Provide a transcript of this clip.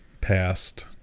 past